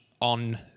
on